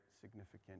significant